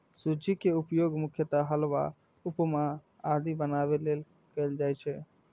सूजी के उपयोग मुख्यतः हलवा, उपमा आदि बनाबै लेल कैल जाइ छै